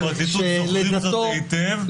בפרקליטות זוכרים זאת היטב,